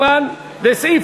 לסעיף